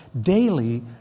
daily